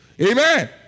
Amen